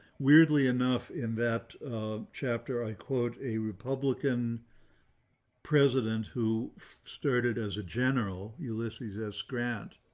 weirdly enough, in that chapter, i quote, a republican president who started as a general ulysses s grant.